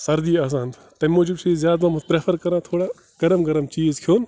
سردی آسان تَمہِ موٗجوٗب چھِ أسۍ زیادٕ پہمتھ پرٛٮ۪فر کَران تھوڑا گرم گرم چیٖز کھیوٚن